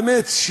באמת,